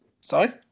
sorry